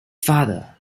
father